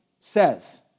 says